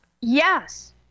Yes